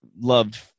loved